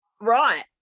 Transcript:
right